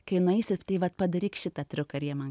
kai nueisit tai vat padaryk šitą triuką ir jie man